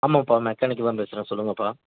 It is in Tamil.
ஆமாப்பா மெக்கானிக் தான் பேசுறேன் சொல்லுங்கப்பா